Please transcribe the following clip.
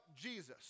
Jesus